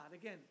Again